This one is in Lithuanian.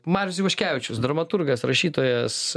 marius ivaškevičius dramaturgas rašytojas